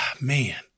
man